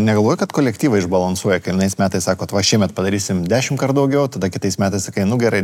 negalvoji kad kolektyvą išbalansuoja kai vienais metais sakot va šiemet padarysim dešimtkart daugiau tada kitais metais sakai nu gerai